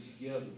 together